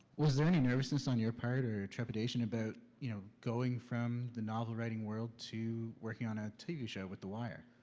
was there any nervousness on your part or trepidation about you know going from the novel-writing world to working on a tv show with the wire?